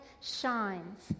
shines